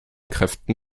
kräften